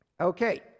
Okay